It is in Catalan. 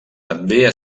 també